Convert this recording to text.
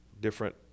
different